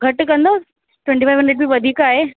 घटि कंदो twenty five hundred बि वधीक आहे